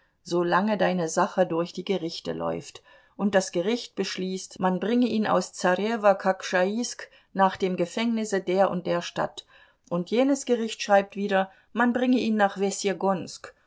solange deine sache durch die gerichte läuft und das gericht beschließt man bringe ihn aus zarewo kokschaisk nach dem gefängnisse der und der stadt und jenes gericht schreibt wieder man bringe ihn nach wessjegonsk